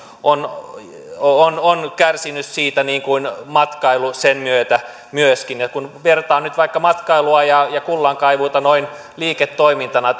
on on kärsinyt siitä niin kuin myöskin matkailu sen myötä kun vertaa nyt vaikka matkailua ja ja kullankaivuuta noin liiketoimintana